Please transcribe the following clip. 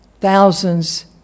Thousands